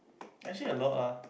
actually a lot ah